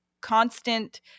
constant